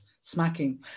smacking